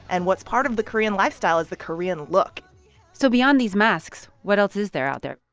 and what's part of the korean lifestyle is the korean look so beyond these masks, what else is there out there?